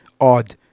Odd